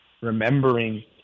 remembering